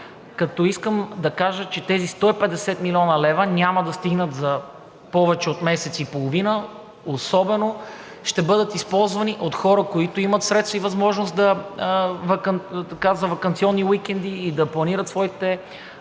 метан. Искам да кажа, че тези 150 млн. лв. няма да стигнат за повече от месец и половина и особено ще бъдат използвани от хора, които имат средства и възможност за ваканционни уикенди, ще планират своите